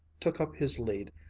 took up his lead,